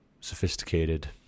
sophisticated